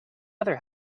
other